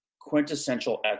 quintessential